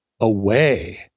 away